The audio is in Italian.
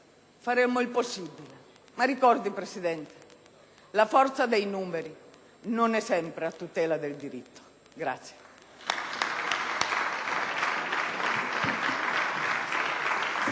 faremo il possibile, ma ricordi, Presidente: la forza dei numeri non è sempre a tutela del diritto.